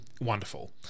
wonderful